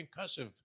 concussive